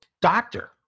doctor